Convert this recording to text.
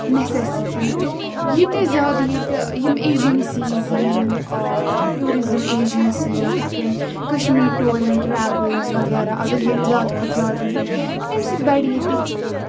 necessity تہِ ییٖتیٚہ زیادٕ ییٚتہِ یِم ایٚجنسیٖز یِن ٹیوزِزٕم ایٚجنسیٖز یِتھۍ کٔنۍ کَشمیٖر ٹوٗر ایٚنڈ ٹریٚولٕز وغیرہ اَگر ییٚتہِ زیادٕ کھۄتہٕ زیادٕ یِن تَمہِ سۭتۍ بَڑِ ییٚتِچ